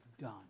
done